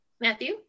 Matthew